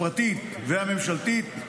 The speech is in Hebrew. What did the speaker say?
הפרטית והממשלתית.